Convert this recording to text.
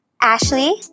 Ashley